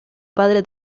padre